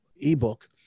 ebook